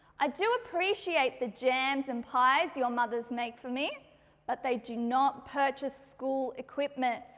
i do appreciate the jams and pies your mothers make for me but they do not purchase school equipment.